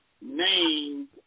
named